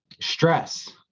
Stress